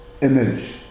image